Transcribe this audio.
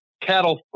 cattle